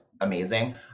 amazing